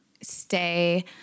stay